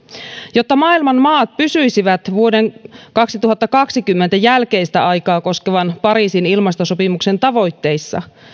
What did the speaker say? jotta maailman maat pysyisivät vuoden kaksituhattakaksikymmentä jälkeistä aikaa koskevan pariisin ilmastosopimuksen tavoitteissa